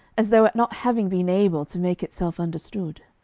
as though at not having been able to make itself understood.